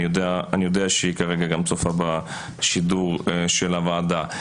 יודע שהיא כרגע גם צופה בשידור של הוועדה.